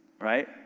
Right